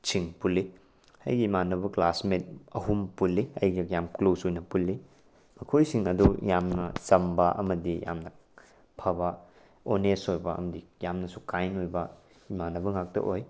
ꯁꯤꯡ ꯄꯨꯜꯂꯤ ꯑꯩꯒꯤ ꯏꯃꯥꯅꯕ ꯀ꯭ꯂꯥꯁꯃꯦꯠ ꯑꯍꯨꯝ ꯄꯨꯜꯂꯤ ꯑꯩꯒ ꯌꯥꯝ ꯀ꯭ꯂꯣꯖ ꯑꯣꯏꯅ ꯄꯨꯜꯂꯤ ꯃꯈꯣꯏꯁꯤꯡ ꯑꯗꯨ ꯌꯥꯝꯅ ꯆꯝꯕ ꯑꯃꯗꯤ ꯌꯥꯝꯅ ꯐꯕ ꯑꯣꯅꯦꯁ ꯑꯣꯏꯕ ꯑꯝꯗꯤ ꯌꯥꯝꯅꯁꯨ ꯀꯥꯏꯟ ꯑꯣꯏꯕ ꯏꯃꯥꯅꯕ ꯉꯥꯛꯇ ꯑꯣꯏ